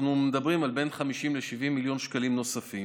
ואנחנו מדברים על בין 50 ל-70 מיליון שקלים נוספים,